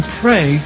pray